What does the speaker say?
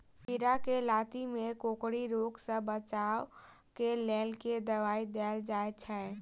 खीरा केँ लाती केँ कोकरी रोग सऽ बचाब केँ लेल केँ दवाई देल जाय छैय?